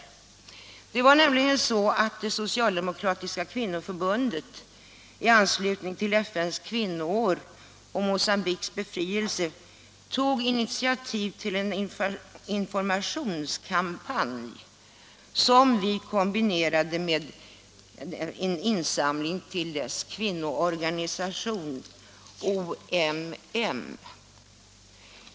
I anslutning till FN:s kvinnoår och Mogambiques befrielse tog nämligen det socialdemokratiska kvinnoförbundet initiativ till en informationskampanj som vi kombinerade med en insamling till kvinnoorganisationen OMM.